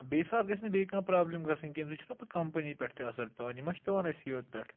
بیٚیہِ ساتہٕ گژھِ نہٕ بیٚیہِ کانٛہہ پرٛابلِم گژھٕنۍ کینٛہہ امہِ سۭتۍ چھُنہ پَتہٕ کَمپٔنی پٮ۪ٹھ تہِ اثر پٮ۪وان یہِ مَہ چھِ پٮ۪وان اَسی یوت پٮ۪ٹھ